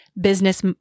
Business